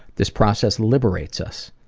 this process liberates us.